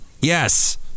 yes